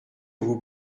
vous